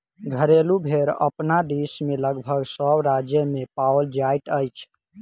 घरेलू भेंड़ अपना देश मे लगभग सभ राज्य मे पाओल जाइत अछि